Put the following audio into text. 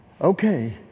Okay